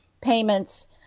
payments